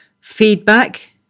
feedback